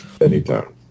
Anytime